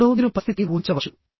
ఇప్పుడు మీరు పరిస్థితిని ఊహించవచ్చు